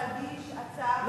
להגיש הצעה,